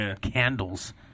candles